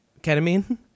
Ketamine